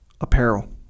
apparel